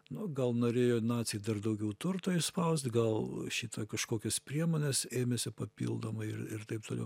nu gal norėjo naciai dar daugiau turto išspaust gal šito kažkokios priemonės ėmėsi papildomai ir ir taip toliau